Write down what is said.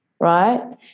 right